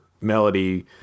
melody